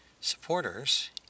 Supporters